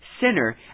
sinner